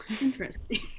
interesting